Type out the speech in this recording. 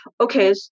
Okay